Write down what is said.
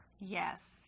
Yes